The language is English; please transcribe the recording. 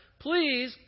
please